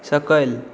सकयल